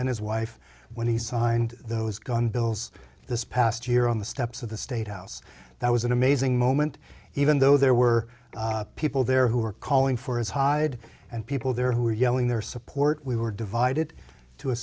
and his wife when he signed those going bills this past year on the steps of the state house that was an amazing moment even though there were people there who were calling for his hyde and people there who were yelling their support we were divided to a